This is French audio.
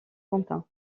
quentin